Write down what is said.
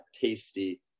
tasty